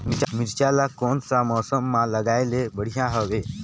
मिरचा ला कोन सा मौसम मां लगाय ले बढ़िया हवे